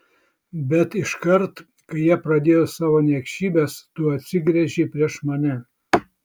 bet iškart kai jie pradėjo savo niekšybes tu atsigręžei prieš mane